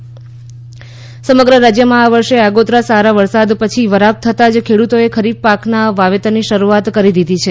ગીર સોમનાથ વાવણી સમગ્ર રાજયમાં આ વર્ષે આગોતરા સારા વરસાદથી વરાપ થતાં જ ખેડુતોએ ખરીફ પાકના વાવેતરની શરૂઆત કરી દીધી છે